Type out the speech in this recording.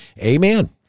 amen